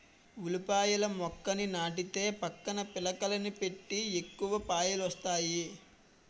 ఉల్లిపాయల మొక్కని నాటితే పక్కన పిలకలని పెట్టి ఎక్కువ పాయలొస్తాయి